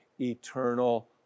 eternal